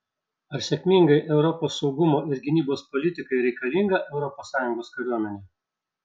ar sėkmingai europos saugumo ir gynybos politikai reikalinga europos sąjungos kariuomenė